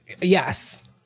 Yes